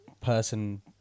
person